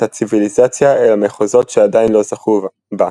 הציוויליזציה אל המחוזות שעדיין לא זכו בה.